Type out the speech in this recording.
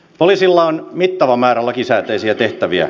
poliisilla on mittava määrä lakisääteisiä tehtäviä